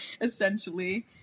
essentially